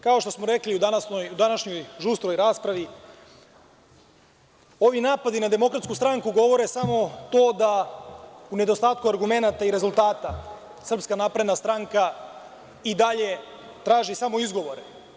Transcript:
Kao što smo rekli u današnjoj žustroj raspravi, ovi napadi na Demokratsku stranku govore samo to da u nedostatku argumenata i rezultata SNS i dalje traži samo izgovore.